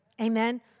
Amen